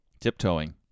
tiptoeing